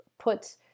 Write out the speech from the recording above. put